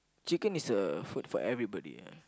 chicken is a food for everybody ah